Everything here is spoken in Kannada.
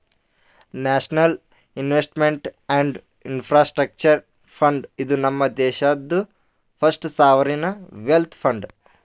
national investment and infrastructure fund, ಇದು ನಮ್ ದೇಶಾದು ಫಸ್ಟ್ ಸಾವರಿನ್ ವೆಲ್ತ್ ಫಂಡ್